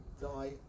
die